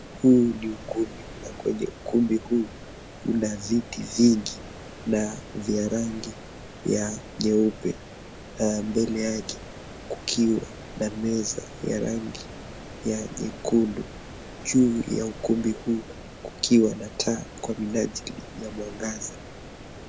Huu ni ukumbi na kwenye ukumbi huu kwenye viti vingi na vya rangi ya nyeupe na mbele yake kukiwa na meza ya rangi ya nyekundu, juu ya ukumbi huu kukiwa na taa kwa minajili ya mwangaza.